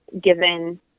given